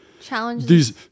challenges